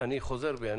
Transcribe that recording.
אני חוזר בי,